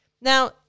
Now